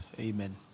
Amen